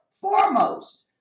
foremost